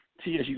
TSU